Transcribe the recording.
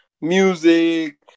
music